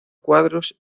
cuadros